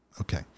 Okay